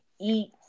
eat